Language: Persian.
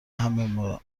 همه